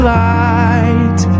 light